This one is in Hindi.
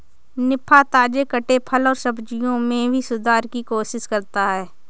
निफा, ताजे कटे फल और सब्जियों में भी सुधार की कोशिश करता है